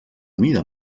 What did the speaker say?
mida